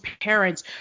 parents